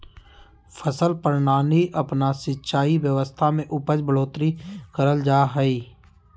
फसल प्रणाली अपना के सिंचाई व्यवस्था में उपज बढ़ोतरी करल जा हइ